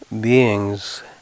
beings